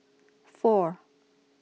four